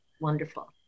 wonderful